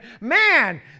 Man